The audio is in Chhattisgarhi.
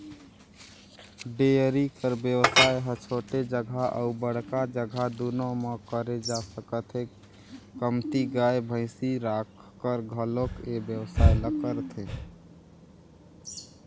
डेयरी कर बेवसाय ह छोटे जघा अउ बड़का जघा दूनो म करे जा सकत हे, कमती गाय, भइसी राखकर घलोक ए बेवसाय ल करथे